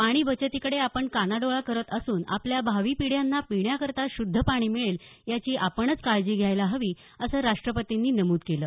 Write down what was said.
पाणी बचतीकडे आपण कानाडोळा करत असून आपल्या भावी पिढ्यांना पिण्याकरता शुद्ध पाणी मिळेल याची आपणच काळजी घ्यायला हवी असं राष्ट्रपतींनी नमूद केलं